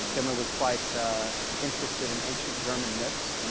himmler was quite interested in ancient german myths.